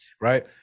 right